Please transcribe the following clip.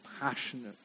passionate